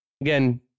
again